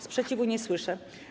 Sprzeciwu nie słyszę.